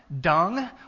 dung